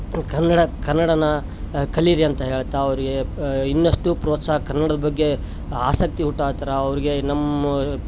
ಕನ್ನಡ ಕನ್ನಡನ ಕಲಿರಿ ಅಂತ ಹೇಳ್ತಾ ಅವರಿಗೆ ಇನ್ನಷ್ಟು ಪ್ರೋತ್ಸಾಹ ಕನ್ನಡದ ಬಗ್ಗೆ ಆಸಕ್ತಿ ಹುಟ್ಟೋ ಆ ಥರ ಅವರಿಗೆ ನಮ್ಮ